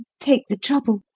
take the trouble,